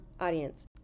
audience